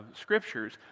scriptures